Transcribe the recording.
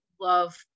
love